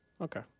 Okay